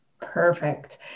Perfect